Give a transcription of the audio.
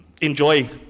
enjoy